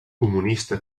comunista